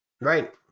Right